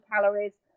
calories